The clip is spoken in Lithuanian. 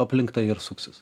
aplink tai ir suksis